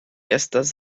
estas